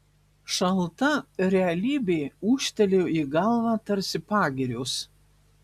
šalta realybė ūžtelėjo į galvą tarsi pagirios